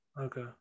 okay